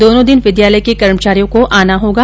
दोनों दिन विद्यालय के कर्मचारियों को आना होगा